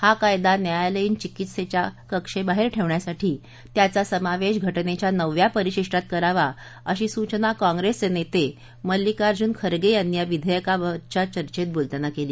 हा कायदा न्यायालयीन चिकित्सेच्या कक्षेबाहेर ठेवण्यासाठी त्याचा समावेश घटनेच्या नवव्या परिशिष्टात करावा अशी सूचना काँग्रेसचे नेते मल्लिकार्जुन खरगे यांनी या विधेयकावरच्या चर्चेत बोलताना केली